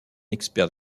expert